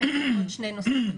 עוד שני נושאים.